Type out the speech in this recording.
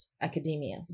academia